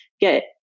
get